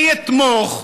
אני אתמוך.